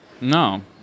No